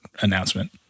announcement